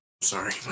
sorry